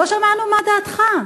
לא שמענו מה דעתך.